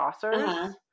saucers